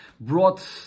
brought